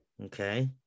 Okay